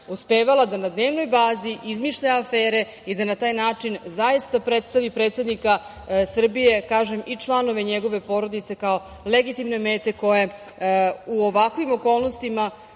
uspevala da na dnevnoj bazi izmišlja afere i da na taj način zaista predstavi predsednika Srbije, kažem i članove njegove porodice kao legitimne mete koje u ovakvim okolnostima,